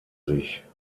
sich